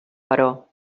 però